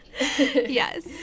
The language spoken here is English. Yes